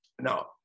now